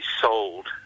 sold